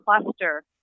cluster